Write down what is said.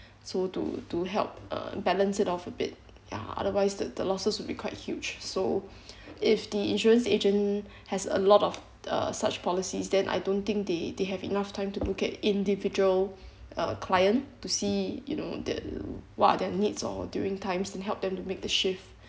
so to to help uh balance it off a bit ya otherwise the the losses will be quite huge so if the insurance agent has a lot of uh such policies then I don't think they they have enough time to look at individual uh client to see you know the what are their needs oh during times and help them to make the shift